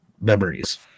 memories